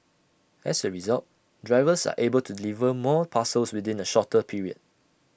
as A result drivers are able to deliver more parcels within A shorter period